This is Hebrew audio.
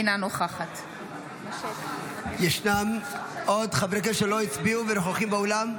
אינה נוכחת ישנם עוד חברי כנסת שלא הצביעו ונוכחים באולם?